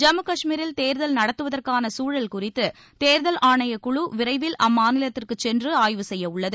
ஜம்மு காஷ்மீரில் தேர்தல் நடத்துவதற்கான் சூழல் குறித்து தேர்தல் ஆணையக்குழு விரைவில் அம்மாநிலத்திற்குச் சென்று ஆய்வு செய்ய உள்ளது